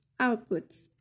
outputs